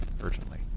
urgently